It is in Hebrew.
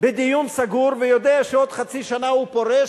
בדיון סגור ויודע שעוד חצי שנה הוא פורש,